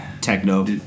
Techno